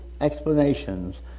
explanations